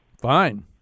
Fine